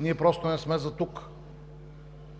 ние просто не сме за тук.